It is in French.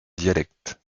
dialectes